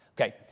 Okay